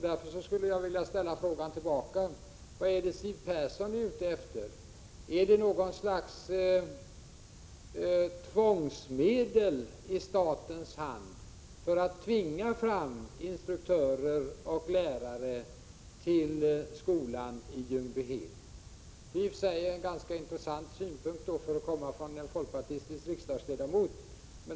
Därför vill jag ställa frågan: Vad är det Siw Persson är ute efter? Är det något slags tvångsmedel i statens hand för att tvinga fram instruktörer och lärare till skolan i Ljungbyhed? Det vore i så fall i och för sig en ganska intressant synpunkt för att komma från en folkpartistisk riksdagsledamot.